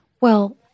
Well-